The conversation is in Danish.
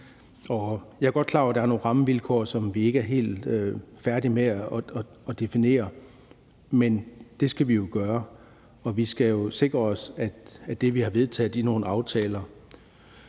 Jeg er godt klar over, at der er nogle rammevilkår, som vi ikke er helt færdige med at definere, men det skal vi jo gøre, og vi skal sikre os, at det, vi har vedtaget i nogle aftaler,